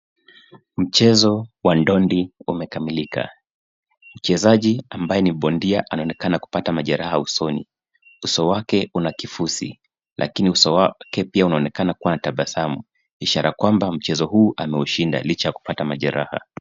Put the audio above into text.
Mchezo wa dondi umekamilika. Mchezaji ambaye ni bondia anaonekana kupata majeraha usoni. Uso wake una kifusi lakini uso wake unaonekana kuwa pia na tabasamu ishara kwamba mchezo huu ameushinda licha ya kupata majeraha.